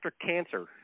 cancer